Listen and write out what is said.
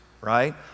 right